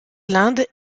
l’inde